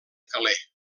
calais